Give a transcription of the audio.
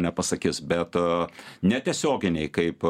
nepasakys bet netiesioginiai kaip